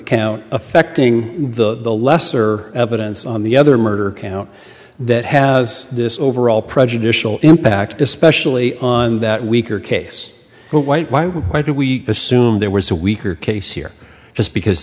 count affecting the lesser evidence on the other murder count that has this overall prejudicial impact especially on that weaker case white why why did we assume there was a weaker case here just because